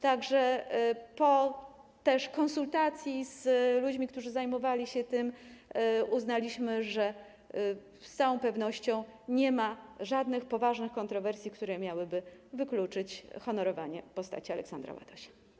Tak że też po konsultacji z ludźmi, którzy zajmowali się tym, uznaliśmy, że z całą pewnością nie ma żadnych poważnych kontrowersji, które miałyby wykluczyć honorowanie postaci Aleksandra Ładosia.